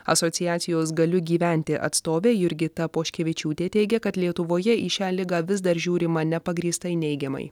asociacijos galiu gyventi atstovė jurgita poškevičiūtė teigia kad lietuvoje į šią ligą vis dar žiūrima nepagrįstai neigiamai